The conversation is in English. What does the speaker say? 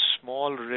small